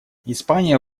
испания